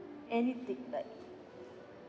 anything like